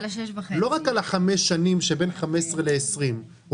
לא רק על ה-5 שנים שבין 15 ל-20 אלא